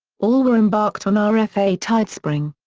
all were embarked on ah rfa tidespring.